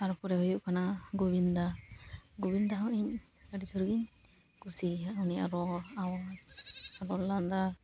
ᱛᱟᱨᱯᱚᱨᱮ ᱦᱩᱭᱩᱜ ᱠᱟᱱᱟ ᱜᱳᱵᱤᱱᱫᱟ ᱜᱚᱵᱤᱱᱫᱟ ᱦᱚᱸ ᱤᱧ ᱟᱹᱰᱤ ᱡᱳᱨᱜᱤᱧ ᱠᱩ ᱥᱤᱭᱟ ᱩᱱᱤᱭᱟᱜ ᱟᱨ ᱞᱟᱸᱫᱟ